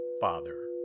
Father